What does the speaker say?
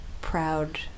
proud